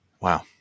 Wow